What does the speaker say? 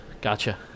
Gotcha